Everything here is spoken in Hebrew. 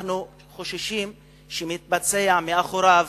אנחנו חוששים שמתבצע מאחוריו